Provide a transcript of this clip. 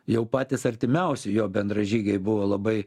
jau patys artimiausi jo bendražygiai buvo labai